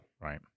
Right